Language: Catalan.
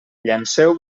llanceu